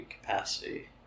capacity